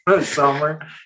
summer